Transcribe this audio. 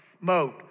mode